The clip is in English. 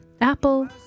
Apple